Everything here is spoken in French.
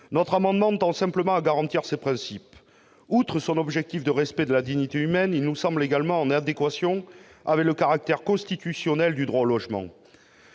Notre amendement tend simplement à garantir ces principes. Outre son objectif de respect de la dignité humaine, il nous semble également en adéquation avec le caractère constitutionnel du droit au logement.